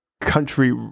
country